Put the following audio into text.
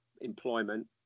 employment